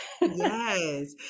Yes